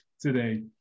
today